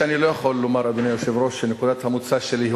שאני לא יכול לומר שנקודת המוצא שלי היא